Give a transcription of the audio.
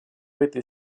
этой